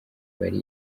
bari